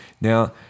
Now